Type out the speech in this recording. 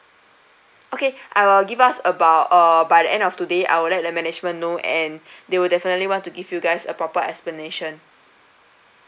okay I'll give us about our by the end of today I will let the management know and they will definitely want to give you guys a proper explanation